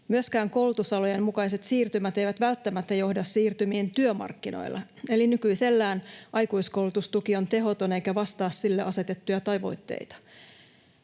Myöskään koulutusalojen mukaiset siirtymät eivät välttämättä johda siirtymiin työmarkkinoilla. Eli nykyisellään aikuiskoulutustuki on tehoton eikä vastaa sille asetettuja tavoitteita.